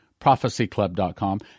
Prophecyclub.com